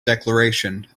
declaration